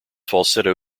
falsetto